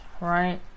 right